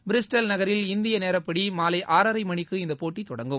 Bristol நகரில் இந்திய நேரப்படி மாலை ஆறரை மணிக்கு இந்தப்போட்டி தொடங்கும்